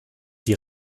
die